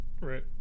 Right